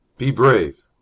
be brave!